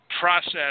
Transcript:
process